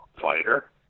fighter